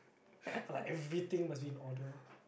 like everything must be in order